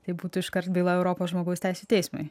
taip būtų iškart byla europos žmogaus teisių teismui